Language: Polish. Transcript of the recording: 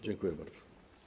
Dziękuję bardzo.